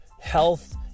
health